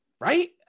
right